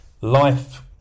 life